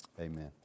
amen